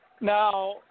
Now